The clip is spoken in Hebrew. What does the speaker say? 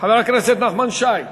חבר הכנסת נחמן שי,